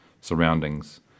surroundings